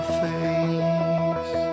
face